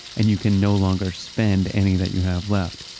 and you can no longer spend any that you have left.